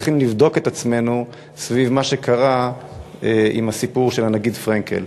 צריכים לבדוק את עצמנו סביב מה שקרה עם הסיפור של הנגיד פרנקל.